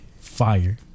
Fire